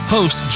Host